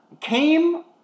came